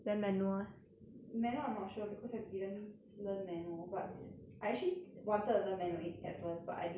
manual I'm not sure because I didn't s~ learn manual but I actually wanted to learn manual in~ at first but I decided not to